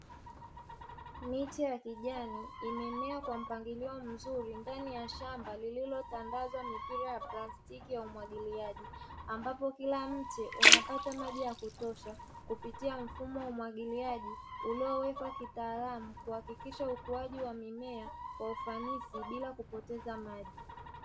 Miti ya kijani imemea kwa mpangilio mzuri ndani ya shamba lililotandazwa mipira ya plastiki ya umwagiliaji, ambapo kila mti unapata maji ya kutosha kupitia mfumo wa umwagiliaji uliowekwa kitaalamu, kuhakikisha ukuaji wa mimea kwa ufanisi bila kupoteza maji.